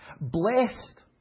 Blessed